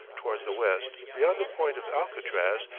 towards the west, beyond the point of alcatraz,